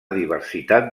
diversitat